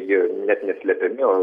jie net neslepiami o